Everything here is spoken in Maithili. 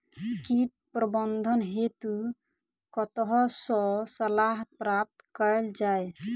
कीट प्रबंधन हेतु कतह सऽ सलाह प्राप्त कैल जाय?